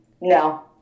No